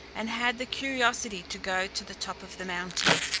and had the curiosity to go to the top of the mountain.